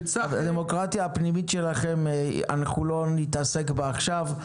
הדמוקרטיה הפנימית שלכם, אנחנו לא נתעסק בה עכשיו,